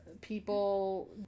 people